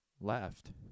left